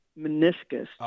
meniscus